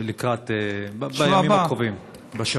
בימים הקרובים.